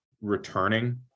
returning